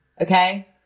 okay